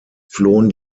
flohen